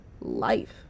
life